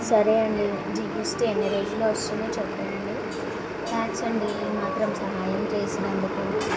సరే అండి జీఎస్టీ ఎన్ని రోజులలో వస్తుందో చెప్పండి థాంక్స్ అండి ఈ మాత్రం సహాయం చేసినందుకు